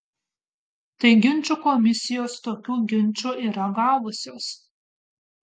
tai ginčų komisijos tokių ginčų yra gavusios